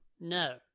no